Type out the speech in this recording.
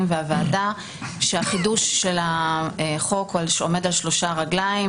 והוועדה שהחידוש של החוק עומד על 3 רגליים: